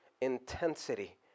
intensity